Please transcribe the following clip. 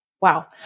Wow